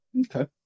Okay